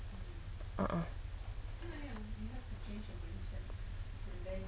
a'ah